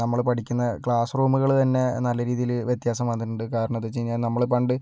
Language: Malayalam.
നമ്മൾ പഠിക്കുന്ന ക്ലാസ് റൂമുകൾ തന്നെ നല്ല രീതിയിൽ വ്യത്യാസം വന്നിട്ടുണ്ട് കാരണമെന്താണെന്ന് വെച്ച് കഴിഞ്ഞാൽ നമ്മൾ പണ്ട്